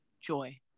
joy